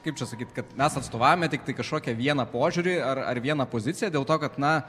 kaip čia sakyt kad mes atstovaujame tiktai kažkokią vieną požiūrį ar ar vieną poziciją dėl to kad na